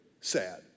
sad